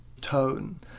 tone